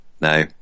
no